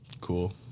Cool